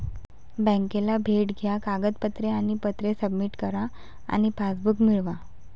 बँकेला भेट द्या कागदपत्रे आणि पत्रे सबमिट करा आणि पासबुक मिळवा